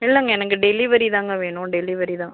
இல்லைங்க எனக்கு டெலிவெரி தாங்க வேணும் டெலிவெரி தான்